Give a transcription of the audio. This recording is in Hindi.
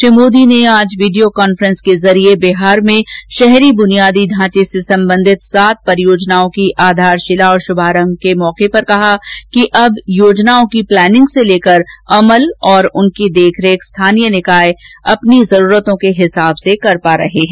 श्री मोदी ने आज वीडियो कॉन्फ्रेंस के जरिये बिहार में शहरी बुनियादी ढांचे से संबंधित सात परियोजनाओं की आधारशिला और शुमारंभ के मौके पर कहा कि अब योजनाओं की प्लानिंग से लेकर अमल और उनकी देखरेख स्थानीय निकाय स्थानीय जरूरतों के हिसाब से कर पा रहे हैं